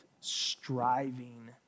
striving